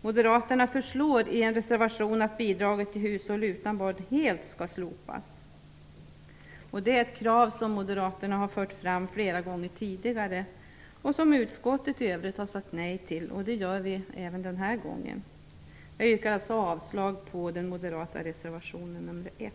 Moderaterna föreslår i en reservation att bidragen till hushåll utan barn helt skall slopas. Det är ett krav som Moderaterna har fört fram flera gånger tidigare och som utskottet i övrigt har sagt nej till. Det gör vi även denna gång. Jag yrkar alltså avslag på den moderata reservationen nr 1.